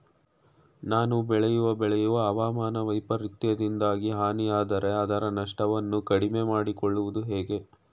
ನಾನು ಬೆಳೆಯುವ ಬೆಳೆಯು ಹವಾಮಾನ ವೈಫರಿತ್ಯದಿಂದಾಗಿ ಹಾನಿಯಾದರೆ ಅದರ ನಷ್ಟವನ್ನು ಕಡಿಮೆ ಮಾಡಿಕೊಳ್ಳುವುದು ಹೇಗೆ?